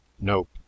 Nope